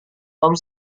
tom